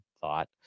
thought